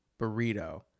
burrito